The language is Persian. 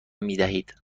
میدهید